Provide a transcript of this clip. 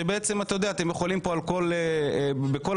אתה יכול לדון בכל התחומים.